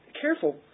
careful